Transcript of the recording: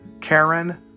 Karen